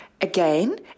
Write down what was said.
Again